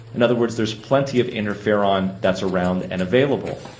in other words, there's plenty of interferon that's around and available.